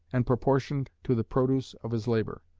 and proportioned to the produce of his labour.